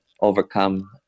overcome